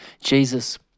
Jesus